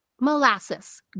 molasses